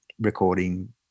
recording